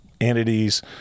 entities